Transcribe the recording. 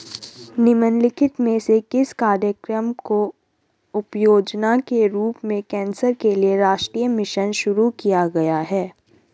निम्नलिखित में से किस कार्यक्रम को उपयोजना के रूप में कैंसर के लिए राष्ट्रीय मिशन शुरू किया गया है?